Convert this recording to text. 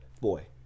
boy